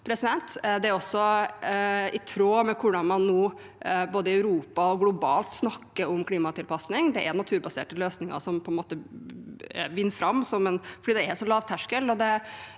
Det er også i tråd med hvordan man nå både i Europa og globalt snakker om klimatilpasning. Det er naturbaserte løsninger som på en måte vinner fram, for det er så lavterskel.